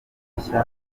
nshya